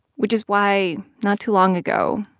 which is why, not too long ago,